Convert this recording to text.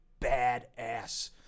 badass